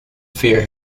fear